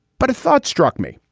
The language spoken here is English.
but a thought struck me.